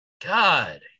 God